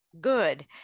good